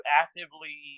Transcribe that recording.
actively